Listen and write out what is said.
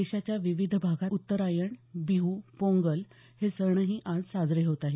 देशाच्या विविध भागात उत्तरायण बीहू पोंगल हे सणही आज साजरे होत आहेत